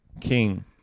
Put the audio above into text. King